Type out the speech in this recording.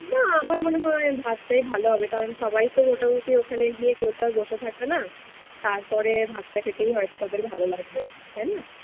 না আমার মনে হয় ভাতটাই ভালো হবে কারণ সবাই তো মোটামোটি ওখানে গিয়ে কেউ তো আর বসে থাকবে না তার পরে ভাতটা খেতেই হয়তো তাদের ভালো লাগবে তাই না